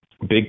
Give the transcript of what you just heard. big